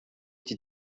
die